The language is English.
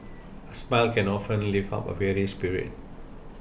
a smile can often lift up a weary spirit